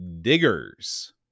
diggers